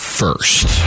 first